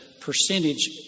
percentage